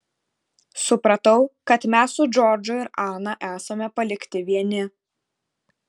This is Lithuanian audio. supratau kad mes su džordžu ir ana esame palikti vieni